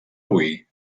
avui